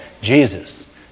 Jesus